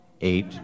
eight